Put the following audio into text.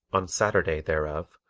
on saturday thereof,